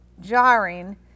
jarring